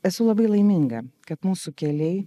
esu labai laiminga kad mūsų keliai